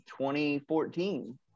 2014